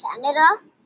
Canada